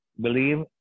believe